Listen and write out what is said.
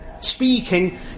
speaking